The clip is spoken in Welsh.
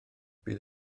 bydd